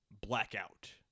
blackout